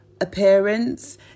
appearance